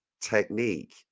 technique